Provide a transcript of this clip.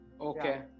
Okay